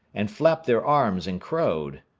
and flapped their arms and crowed.